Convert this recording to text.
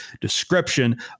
description